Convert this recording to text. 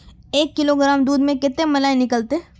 एक किलोग्राम दूध में कते मलाई निकलते?